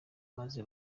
maze